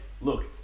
look